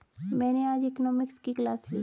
मैंने आज इकोनॉमिक्स की क्लास ली